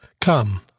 Come